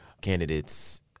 candidates